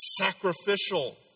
sacrificial